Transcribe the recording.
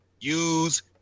use